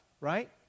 right